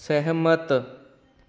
ਸਹਿਮਤ